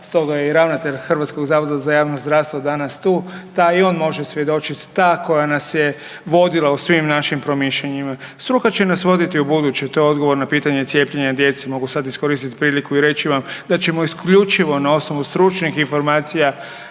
stoga je i ravnatelj HZJZ danas tu, ta i on može svjedočit, ta koja nas je vodila u svim našim promišljanjima. Struka će nas voditi ubuduće, to je odgovor na pitanje cijepljenja djece. Mogu sad iskoristit priliku i reći vam da ćemo isključivo na osnovu stručnih informacija,